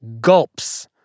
gulps